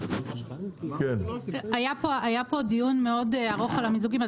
היה פה דיון מאוד ארוך על המיזוגים,